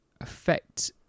affect